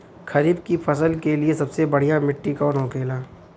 खरीफ की फसल के लिए सबसे बढ़ियां मिट्टी कवन होखेला?